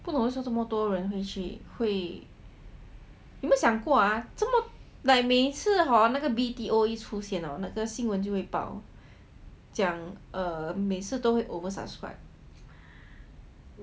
不懂为什么这么多人会去会有没有想过啊这么 like 每次 hor 那个 B_T_O 一出现那个新闻就会报讲 err 每次都会 oversubscribed